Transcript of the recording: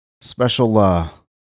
Special